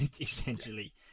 essentially